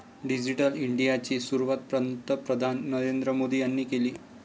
digital इंडियाची सुरुवात पंतप्रधान नरेंद्र मोदी यांनी केली